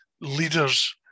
leaders